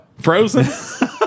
frozen